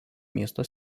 miesto